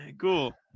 Cool